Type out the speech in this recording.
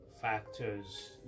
factors